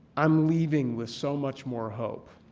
i'm leaving with so much more hope.